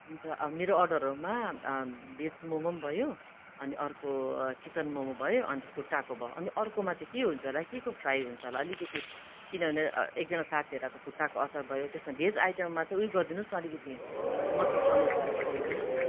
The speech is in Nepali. हुन्छ अब मेरो अर्डरहरूमा भेज मोमो पनि भयो अनि अर्को चिकन मोमो भयो अन्त खुट्टाको भयो अनि अर्कोमा चाहिँ के हुन्छ होल है के को फ्राई हुन्छ होला अलिकति किनभने एकजना साथीलाई त खुट्टाको अचार भयो त्यसमा भेज आइटममा चाहिँ उयो गरिदिनुहोस् अलिकति मटर पनिर पनि पठाइदिनुहोस् न